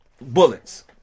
Bullets